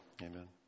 Amen